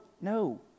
no